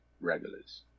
regulars